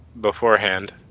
beforehand